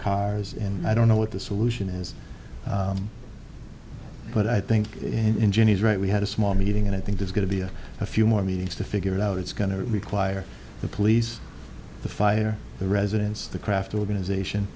cars in i don't know what the solution is but i think in geneva right we had a small meeting and i think there's going to be a few more meetings to figure it out it's going to require the police the fire the residents the craft organization